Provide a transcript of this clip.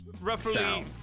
Roughly